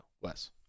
Wes